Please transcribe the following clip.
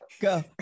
go